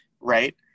right